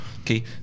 okay